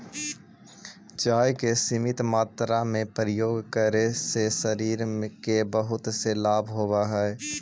चाय के सीमित मात्रा में प्रयोग करे से शरीर के बहुत से लाभ होवऽ हइ